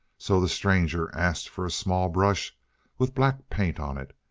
so the stranger asked for a small brush with black paint on it,